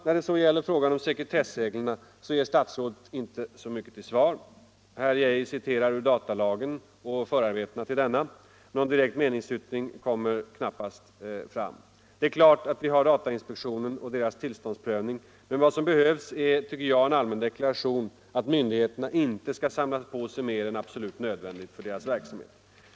När det så gäller frågan om sekretessreglerna ger statsrådet inte mycket till svar. Herr Geijer citerar ur datalagen och förarbetena till denna, men någon direkt meningsyttring framkommer knappast. Det är sant att vi har datainspektionen och dess tillståndsprövning, men vad 2 som behövs är en allmän deklaration att myndigheterna inte skall samla på sig mer än absolut nödvändigt för sin verksamhet.